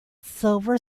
silver